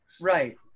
Right